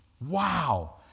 Wow